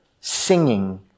singing